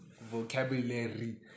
vocabulary